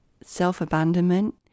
self-abandonment